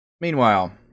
Meanwhile